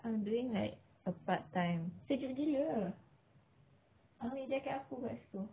I'm doing like a part time sejuk gila ke ambil jacket aku kat situ